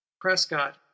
prescott